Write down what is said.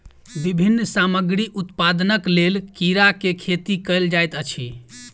विभिन्न सामग्री उत्पादनक लेल कीड़ा के खेती कयल जाइत अछि